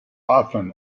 often